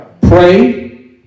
Pray